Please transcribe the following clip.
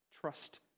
Trust